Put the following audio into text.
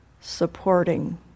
supporting